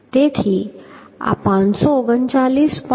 તેથી આ 539